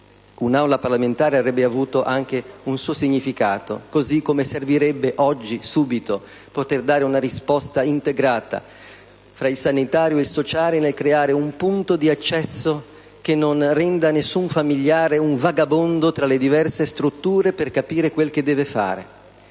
un'Aula parlamentare avrebbe avuto anche un suo significato. Così come servirebbe dare da subito una risposta integrata tra il sanitario e il sociale per creare un punto di accesso che non renda il familiare un vagabondo tra le diverse strutture e per capire quel che deve fare.